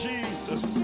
Jesus